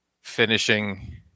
finishing